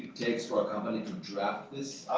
takes for a company to draft this